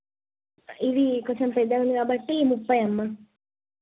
ఇది కొంచెం పెద్దగా ఉంది కాబట్టి ముప్పై అమ్మ